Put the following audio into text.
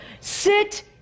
sit